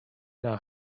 now